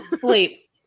sleep